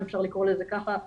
אם אפשר לקרוא לזה ככה,